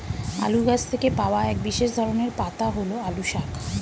আলু গাছ থেকে পাওয়া এক বিশেষ ধরনের পাতা হল আলু শাক